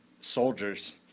soldiers